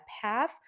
path